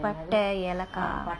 patta yelakka